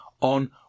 on